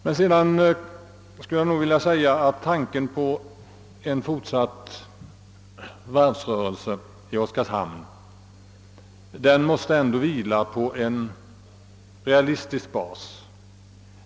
Men jag vill ändå framhålla att tanken på en fortsatt varvsrörelse i Oskarshamn måste vila på en realistisk bas.